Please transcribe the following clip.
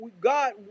God